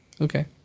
Okay